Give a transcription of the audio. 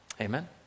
Amen